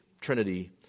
Trinity